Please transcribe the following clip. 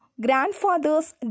grandfather's